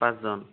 পাঁচজন